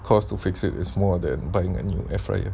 cost to fix it is more than buying a new air fryer